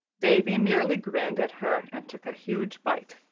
davy merely grinned at her and took a huge bite.